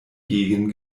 gegen